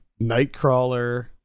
Nightcrawler